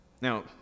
Now